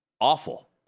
awful